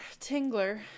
tingler